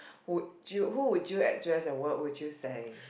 would you who would you address and what would you say